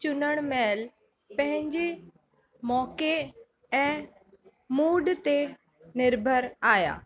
चुनण महिल पंहिंजे मौक़े ऐं मूड ते निर्भर आहियां